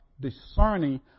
discerning